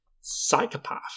psychopath